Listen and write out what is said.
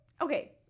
Okay